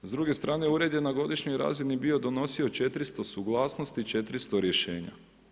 S druge strane ured je na godišnjoj razini bio donosio 400 suglasnosti i 400 rješenja.